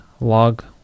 log